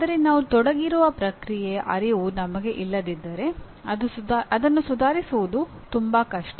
ಆದರೆ ನಾವು ತೊಡಗಿರುವ ಪ್ರಕ್ರಿಯೆಯ ಅರಿವು ನಮಗೆ ಇಲ್ಲದಿದ್ದರೆ ಅದನ್ನು ಸುಧಾರಿಸುವುದು ತುಂಬಾ ಕಷ್ಟ